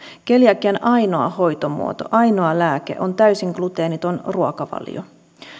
keliakian ainoa hoitomuoto ainoa lääke on täysin gluteeniton ruokavalio